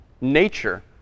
nature